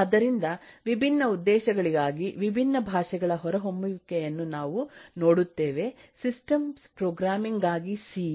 ಆದ್ದರಿಂದ ವಿಭಿನ್ನ ಉದ್ದೇಶಗಳಿಗಾಗಿ ವಿಭಿನ್ನ ಭಾಷೆಗಳ ಹೊರಹೊಮ್ಮುವಿಕೆಯನ್ನು ನಾವು ನೋಡುತ್ತೇವೆ ಸಿಸ್ಟಮ್ಸ್ ಪ್ರೋಗ್ರಾಮಿಂಗ್ ಗಾಗಿ ಸಿ